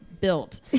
built